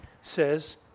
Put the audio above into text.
says